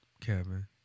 Kevin